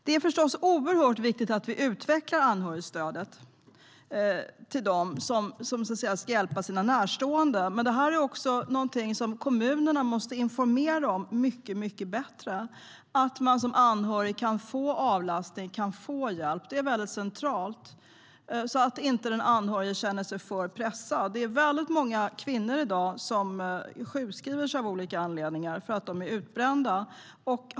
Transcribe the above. Det är förstås oerhört viktigt att vi utvecklar anhörigstödet till dem som ska hjälpa sina närstående. Kommunerna måste på ett mycket bättre sätt informera om att man som anhörigvårdare kan få avlastning, kan få hjälp. Det är centralt för att den anhörigvårdande inte ska känna sig alltför pressad. Många kvinnor är i dag sjukskrivna för utbrändhet.